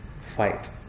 fight